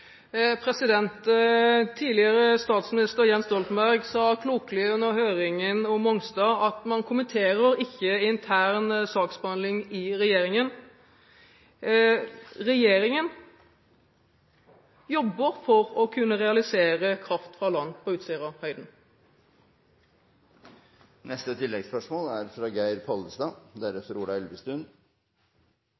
Tidligere statsminister Jens Stoltenberg sa klokelig under høringen om Mongstad at man kommenterer ikke intern saksbehandling i regjeringen. Regjeringen jobber for å kunne realisere kraft fra land på Utsirahøyden.